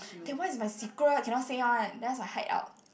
that one is my secret cannot say one that's my hideout